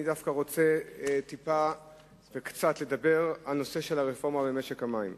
אני דווקא רוצה קצת לדבר על נושא הרפורמה במשק המים.